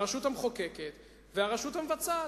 הרשות המחוקקת והרשות המבצעת.